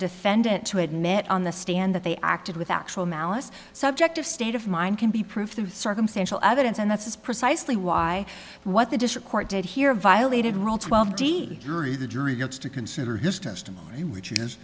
defendant to admit on the stand that they acted with actual malice subjective state of mind can be proof of circumstantial evidence and that's precisely why what the district court did here violated rule twelve de yuri the jury gets to consider his testimony which is